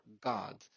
God